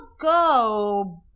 go